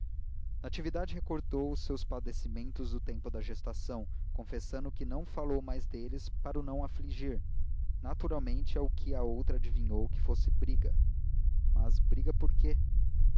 natividade recordou os seus padecimentos do tempo da gestação confessando que não falou mais deles para o não afligir naturalmente é o que a outra adivinhou que fosse briga mas briga por quê